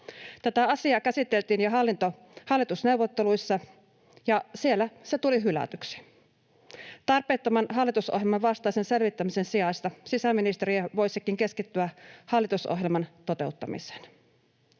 Tätä asiaa käsiteltiin jo hallitusneuvotteluissa, ja siellä se tuli hylätyksi. Tarpeettoman, hallitusohjelman vastaisen selvittämisen sijasta sisäministeriö voisikin keskittyä hallitusohjelman toteuttamiseen.